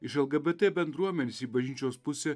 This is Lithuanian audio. iš lgbt bendruomenės į bažnyčios pusė